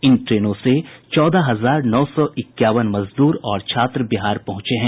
इन ट्रेनों से चौदह हजार नौ सौ इक्यावन मजदूर और छात्र बिहार पहुंचे हैं